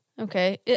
Okay